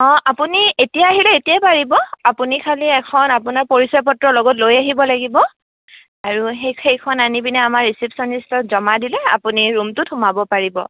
অঁ আপুনি এতিয়াই আহিলে এতিয়াই পাৰিব আপুনি খালী এখন আপোনাৰ পৰিচয় পত্ৰ লগত লৈ আহিব লাগিব আৰু সেই সেইখন আনি পিনে আমাৰ ৰিচেপচনিষ্টক জমা দিলে আপুনি ৰুমটোত সোমাব পাৰিব